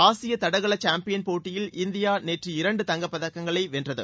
ஆசிய தடகள சாம்பியன் போட்டியில் இந்தியா நேற்று இரண்டு தங்கப்பதக்கங்களை வென்றது